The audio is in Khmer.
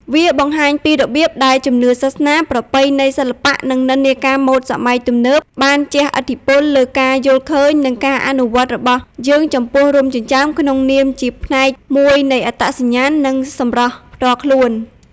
វាបង្ហាញពីរបៀបដែលជំនឿសាសនា ប្រពៃណីសិល្បៈ និងនិន្នាការម៉ូដសម័យទំនើប បានជះឥទ្ធិពលលើការយល់ឃើញ និងការអនុវត្តរបស់យើងចំពោះរោមចិញ្ចើមក្នុងនាមជាផ្នែកមួយនៃអត្តសញ្ញាណ និងសម្រស់ផ្ទាល់ខ្លួន។